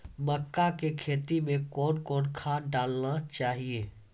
मक्का के खेती मे कौन कौन खाद डालने चाहिए?